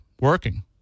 working